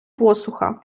посуха